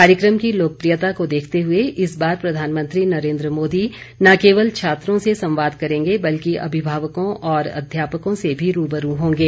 कार्यक्रम की लोकप्रियता को देखते हुए इस बार प्रधानमंत्री नरेन्द्र मोदी न केवल छात्रों से संवाद करेंगे बल्कि अभिभावकों और अध्यापकों से भी रू ब रू होंगे